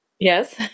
Yes